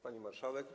Pani Marszałek!